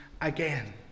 again